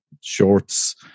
shorts